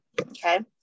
okay